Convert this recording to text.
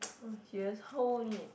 oh dears how old only